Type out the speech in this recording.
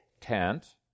tent